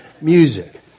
music